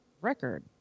record